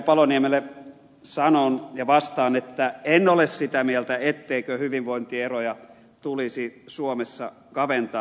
paloniemelle sanon ja vastaan että en ole sitä mieltä etteikö hyvinvointieroja tulisi suomessa kaventaa